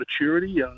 maturity